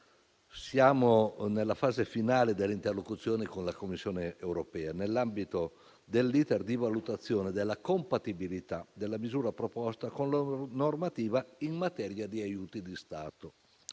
siamo nella fase finale delle interlocuzioni con la Commissione europea nell'ambito dell'*iter* di valutazione della compatibilità della misura proposta con la normativa in materia di aiuti di Stato.